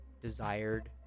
desired